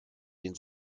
den